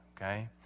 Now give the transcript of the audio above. okay